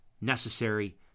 necessary